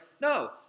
No